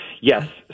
Yes